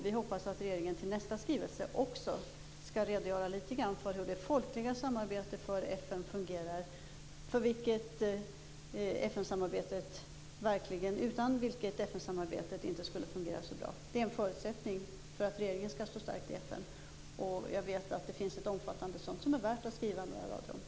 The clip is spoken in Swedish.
Vi hoppas att regeringen till nästa skrivelse också skall redogöra litet grand för hur det folkliga samarbetet för FN fungerar. Utan det skulle inte FN samarbetet fungera så bra. Det är en förutsättning för att regeringen skall stå stark i FN. Jag vet att det finns ett omfattande sådant samarbete som det är värt att skriva några rader om.